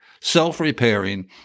self-repairing